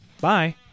Bye